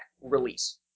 release